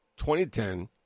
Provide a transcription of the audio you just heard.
2010